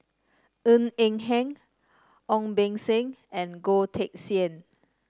Ng Eng Hen Ong Beng Seng and Goh Teck Sian